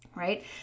right